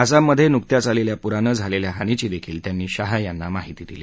आसाममध्ये नुकत्याच आलेल्या पुरानं झालेल्या हानीची देखील त्यांनी शाह यांना माहिती दिली